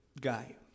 guy